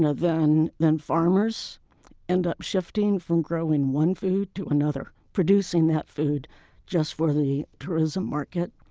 ah then then farmers end up shifting from growing one food to another, producing that food just for the tourism market,